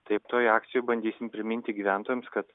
taip toj akcijoj bandysim priminti gyventojams kad